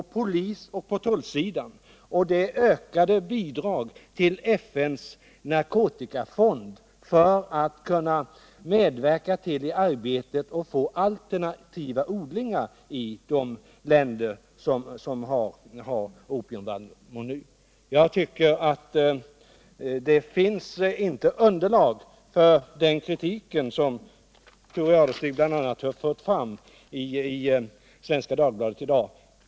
Vidare föreslås ökade bidrag till FN:s narkotikafond för att medverka till att få fram alternativa odlingar i de länder som nu odlar opievallmo. Mot bakgrund av vad jag nu anfört finns det enligt min mening inte underlag för den kritik som Thure Jadestig har fört fram i Svenska Dagbladet i dag.